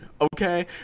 Okay